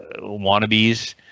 wannabes